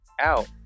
out